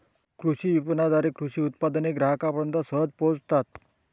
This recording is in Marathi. कृषी विपणनाद्वारे कृषी उत्पादने ग्राहकांपर्यंत सहज पोहोचतात